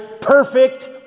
perfect